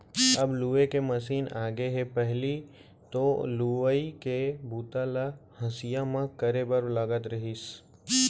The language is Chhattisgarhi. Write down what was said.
अब लूए के मसीन आगे हे पहिली तो लुवई के बूता ल हँसिया म करे बर लागत रहिस